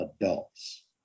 adults